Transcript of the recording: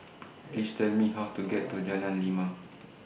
Please Tell Me How to get to Jalan Lima